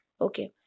okay